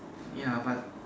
ya but